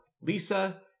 Lisa